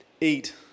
eat